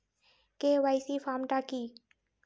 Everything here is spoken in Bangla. কে.ওয়াই.সি ফর্ম টা কি?